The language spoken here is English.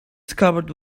scabbard